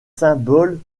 symboles